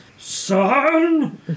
Son